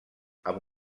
amb